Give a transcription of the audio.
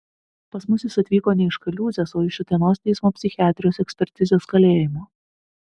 pas mus jis atvyko ne iš kaliūzės o iš utenos teismo psichiatrijos ekspertizės kalėjimo